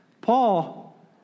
Paul